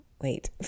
Wait